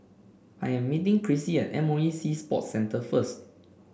I am meeting Krissy at M O E Sea Sports Centre first